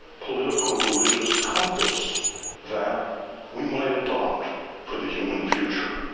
political, religious compass that we might adopt for the human future?